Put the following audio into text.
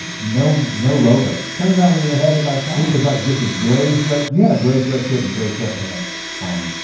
no no logos. turns out we were ahead of our time. it was like just a gray sweat, you had a gray sweatshirt and gray sweatpants on,